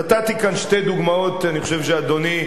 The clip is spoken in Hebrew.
נתתי כאן שתי דוגמאות שאני חושב שאדוני,